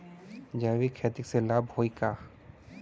जैविक खेती से लाभ होई का?